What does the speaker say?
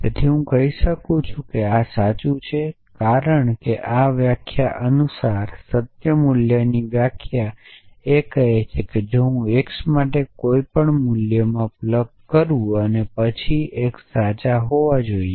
તેથી હું કહી શકું છું કે આ સાચું નથી કારણ કે આ વ્યાખ્યા અનુસાર સત્ય મૂલ્યની વ્યાખ્યા તે કહે છે કે હું x માટે કોઈપણ મૂલ્યમાં પ્લગ કરું છું અને પછી પણ x સાચા હોવું જોઈએ